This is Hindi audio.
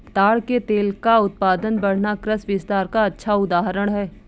ताड़ के तेल का उत्पादन बढ़ना कृषि विस्तार का अच्छा उदाहरण है